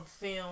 film